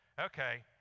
Okay